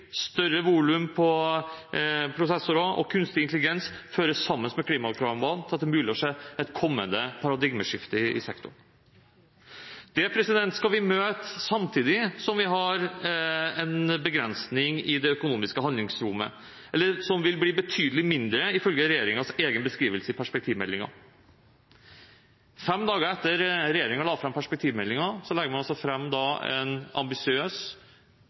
større volum på prosessorer og kunstig intelligens fører sammen med klimakravene til at det er mulig å se et kommende paradigmeskifte i sektoren. Det skal vi møte samtidig som det økonomiske handlingsrommet vil bli betydelig mindre, ifølge regjeringens egen beskrivelse i perspektivmeldingen. Fem dager etter at regjeringen la fram perspektivmeldingen, legger man altså fram en ambisiøs